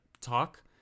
talk